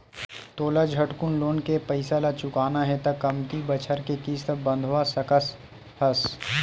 तोला झटकुन लोन के पइसा ल चुकाना हे त कमती बछर के किस्त बंधवा सकस हस